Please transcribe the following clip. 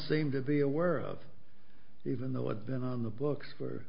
seems to be aware of even though i've been on the books for